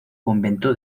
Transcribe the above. convento